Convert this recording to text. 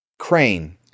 Crane